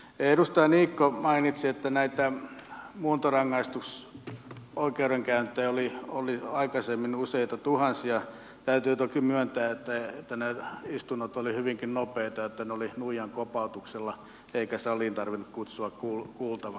edustaja niikko mainitsi että näytelmä muuntorangaistus oikeudenkäyntejä oli oli jo aikaisemmin useita tuhansia täytyy toki myöntää ettei tämä enää istunut oli hyvinkin lopettaa tämä oli nuijankopautuksella eikä saliin tarvinnut kutsua kuulu kuultava